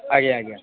ଆଜ୍ଞା ଆଜ୍ଞା